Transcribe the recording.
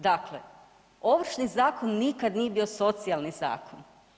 Dakle, Ovršni zakon nikad nije bio socijalni zakon.